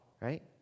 right